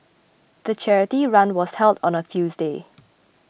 the charity run was held on a Tuesday